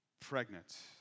pregnant